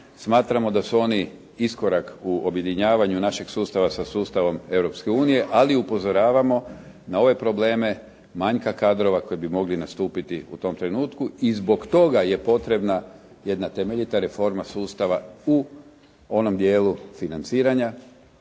Smatramo da su oni iskorak u objedinjavanju našeg sustava sa sustavom Europske unije, ali upozoravamo na ove probleme manjka kadrova koji bi mogli nastupiti u tom trenutku i zbog toga je potrebna jedna temeljita reforma sustava u onom dijelu financiranja